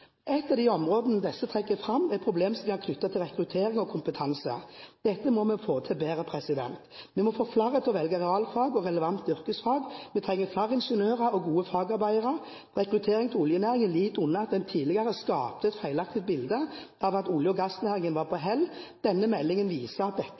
av de områdene disse trekker fram, er problemstillinger knyttet til rekruttering og kompetanse. Dette må vi få til bedre. Vi må få flere til å velge realfag og relevante yrkesfag. Vi trenger flere ingeniører og gode fagarbeidere. Rekrutteringen til oljenæringen lider under at en tidligere skapte et feilaktig bilde av at olje- og gassnæring var på hell. Denne meldingen viser at dette